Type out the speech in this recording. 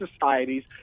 societies